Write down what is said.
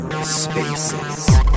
Spaces